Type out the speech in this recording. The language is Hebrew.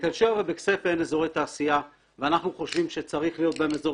בתל שבע ובכסייפה אין אזורי תעשייה ואנחנו חושבים שצריך להיות בהם אזור